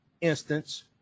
instance